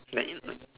like